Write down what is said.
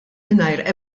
mingħajr